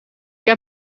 heb